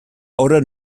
oda